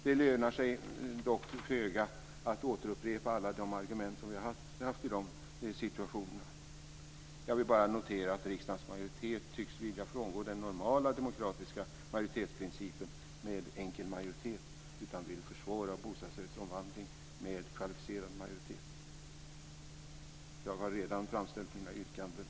Det lönar sig dock föga att återupprepa alla de argument som vi har haft i de situationerna. Jag vill bara notera att riksdagens majoritet tycks vilja frångå den normala demokratiska majoritetsprincipen med en enkel majoritet och vill försvåra bostadsrättsomvandling med en kvalificerad majoritet. Jag har redan framställt mina yrkanden.